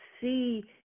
see